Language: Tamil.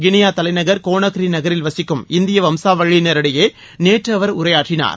கிளியா தலைநகர் கோளாக்ரி நகரில் வசிக்கும் இந்திய வம்சாவழியினரிடையே நேற்று அவர் உரையாற்றினார்